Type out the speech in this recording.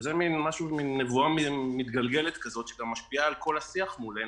זאת מין נבואה מתגלגלת שגם משפיעה על כל השיח מולנו,